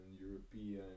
European